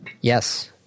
Yes